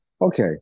okay